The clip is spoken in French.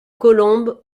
colombe